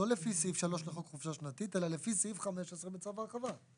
לא לפי סעיף 3 לחוק חופשה שנתית אלא לפי סעיף 15 בצו ההרחבה,